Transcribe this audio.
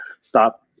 stop